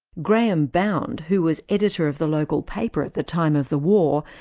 graham bound, who was editor of the local paper at the time of the war,